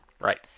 Right